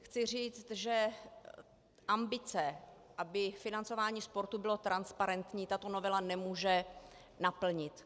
Chci říci, že ambice, aby financování sportu bylo transparentní, tato novela nemůže naplnit.